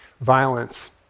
Violence